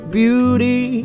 beauty